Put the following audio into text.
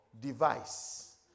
device